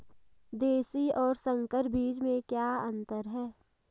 देशी और संकर बीज में क्या अंतर है?